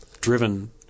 driven